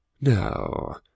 No